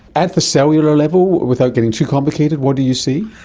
at the cellular level, without getting too complicated, what do you see?